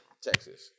Texas